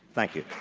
thank you.